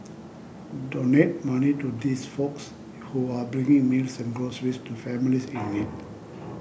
donate money to these folks who are bringing meals and groceries to families in need